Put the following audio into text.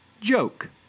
Joke